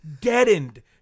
deadened